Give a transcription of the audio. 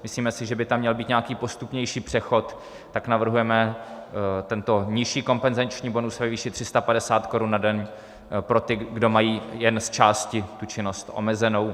Myslíme si, že by tam měl být nějaký postupnější přechod, tak navrhujeme tento nižší kompenzační bonus ve výši 350 korun na den pro ty, kdo mají jen zčásti tu činnost omezenou.